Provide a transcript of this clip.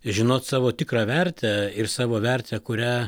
žinot savo tikrą vertę ir savo vertę kurią